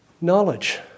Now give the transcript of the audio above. knowledge